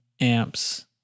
amps